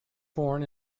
born